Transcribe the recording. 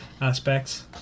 aspects